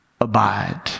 Abide